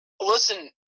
Listen